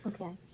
okay